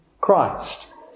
Christ